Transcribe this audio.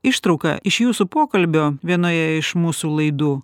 ištrauka iš jūsų pokalbio vienoje iš mūsų laidų